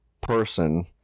person